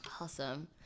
Awesome